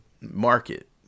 Market